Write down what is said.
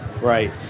Right